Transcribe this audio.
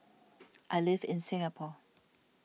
I live in Singapore